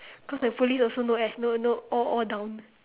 cause the police also no air no no all all down